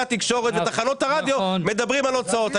התקשורת ותחנות הרדיו מדברים על ההוצאות.